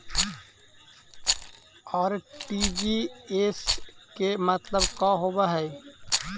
RTGS के मतलब का होव हई?